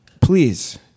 Please